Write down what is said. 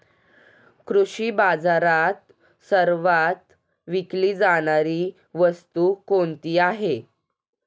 कृषी बाजारात सर्वात विकली जाणारी वस्तू कोणती आहे?